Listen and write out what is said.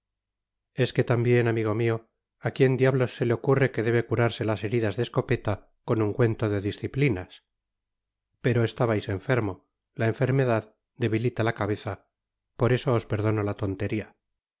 es que tambien amigo mio á quien diablos le ocurre que debe curarse las heridas de escopeta con ungüento de disciplinas pero estabais enfermo la enfermedad debilita la cabeza por esto os perdono la ton